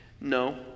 No